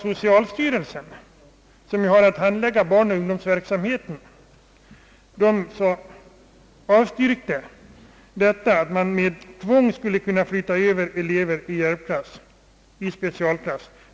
Socialstyrelsen som har att handlägga barnoch ungdomsverksamheten avstyrkte mycket bestämt möjligheten att med tvång kunna flytta över elever till specialklass.